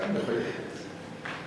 מחויכת.